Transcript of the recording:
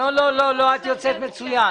לא לא, את יוצאת מצוין.